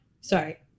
sorry